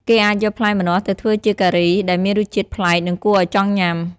គេអាចយកផ្លែម្នាស់ទៅធ្វើជាការី ដែលមានរសជាតិប្លែក និងគួរឲ្យចង់ញ៉ាំ។